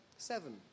Seven